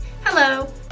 Hello